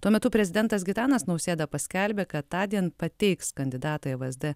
tuo metu prezidentas gitanas nausėda paskelbė kad tądien pateiks kandidatą į vsd